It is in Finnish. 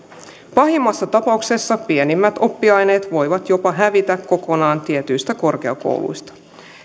pahimmassa tapauksessa pienimmät oppiaineet voivat jopa hävitä kokonaan tietyistä korkeakouluista